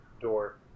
door